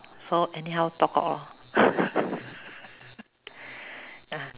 so anyhow talk cock lor uh